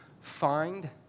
Find